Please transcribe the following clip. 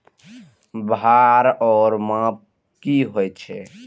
भार ओर माप की होय छै?